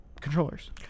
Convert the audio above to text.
controllers